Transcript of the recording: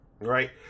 right